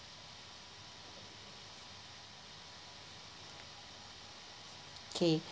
K